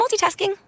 multitasking